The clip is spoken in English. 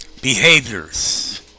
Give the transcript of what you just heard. behaviors